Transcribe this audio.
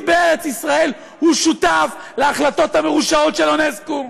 בארץ ישראל הוא שותף להחלטות המרושעות של אונסק"ו,